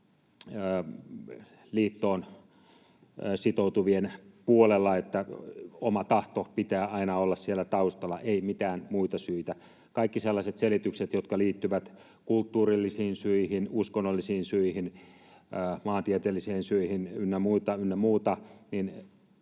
liittoon sitoutuvien puolella, että oman tahdon pitää aina olla siellä taustalla, ei mitään muita syitä. Kaikki sellaiset selitykset, jotka liittyvät kulttuurillisiin syihin, uskonnollisiin syihin, maantieteellisiin syihin ynnä muuta, ynnä